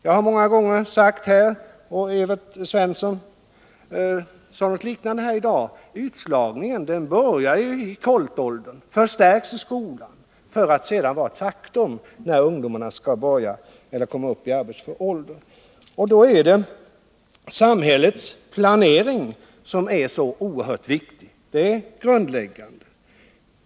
Jag har många gånger sagt från denna talarstol — och Evert Svensson sade något liknande här i dag — att utslagningen börjar i koltåldern och förstärks i skolan för att sedan vara ett faktum när ungdomarna kommer upp i arbetsför ålder. Det är samhällets planering som är oerhört viktig och grundläggande.